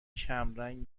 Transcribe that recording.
کمرنگ